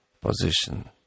position